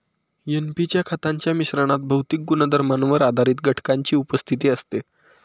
NP च्या खतांच्या मिश्रणात भौतिक गुणधर्मांवर आधारित घटकांची उपस्थिती असते